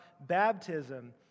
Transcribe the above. baptism